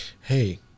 Hey